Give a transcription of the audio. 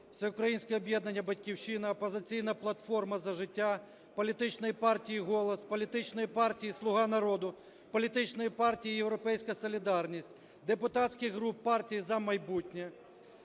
Всеукраїнське об'єднання "Батьківщина", "Опозиційна платформа - За життя", політичної партії "Голос", політичної партії "Слуга народу", політичної партії "Європейська солідарність", депутатських груп "Партія "За майбутнє"